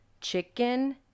chicken